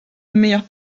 meilleures